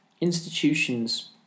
institutions